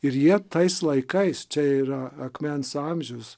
ir jie tais laikais čia yra akmens amžius